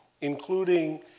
including